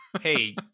Hey